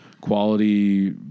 quality